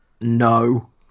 No